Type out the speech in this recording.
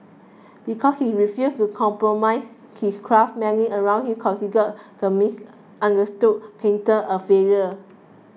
because he refused to compromise his craft many around him considered the misunderstood painter a failure